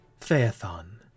Phaethon